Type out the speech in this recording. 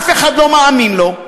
אף אחד לא מאמין לו,